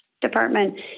department